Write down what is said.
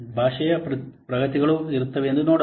ಭಾಷೆಯ ಪ್ರಗತಿಗಳು ಇರುತ್ತವೆ ಎಂದು ನೋಡಬಹುದು